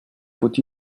faut